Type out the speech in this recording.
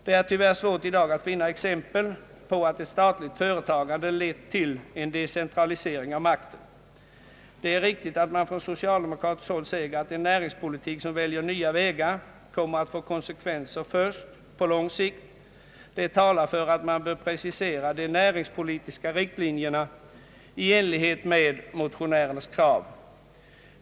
Det är tyvärr svårt i dag att finna exempel på att ett statligt företagande lett till en decentralisering av makten. Det är riktigt när man från socialdemokratiskt håll säger att en näringspolitik som väljer nya vägar kommer att få konsekvenser först på lång sikt. Det talar för att man bör söka precisera de näringspolitiska riktlinjerna i enlighet med motionärernas krav.